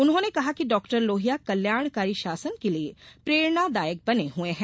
उन्होंने कहा कि डॉक्टर लोहिया कल्याणकारी शासन के लिए प्रेरणादायक बने हए हैं